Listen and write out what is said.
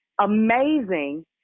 amazing